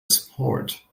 sport